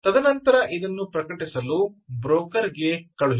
ತದನಂತರ ಇದನ್ನು ಪ್ರಕಟಿಸಲು ಬ್ರೋಕರ್ ಗೆ ಕಳುಹಿಸಿ